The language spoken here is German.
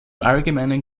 allgemeinen